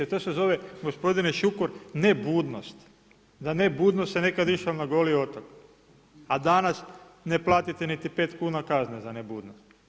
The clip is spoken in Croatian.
To se zove gospodine Šukur, ne budnost, za ne blunost se nekad išlo na goli otok, a danas ne platite niti 5 kn kazne za ne bludnost.